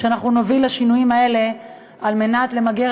ואנחנו נוביל לשינויים האלה על מנת למגר